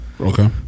Okay